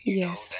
yes